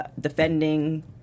defending